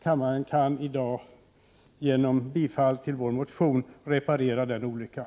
Kammaren kan i dag genom bifall till vår motion reparera den olyckan.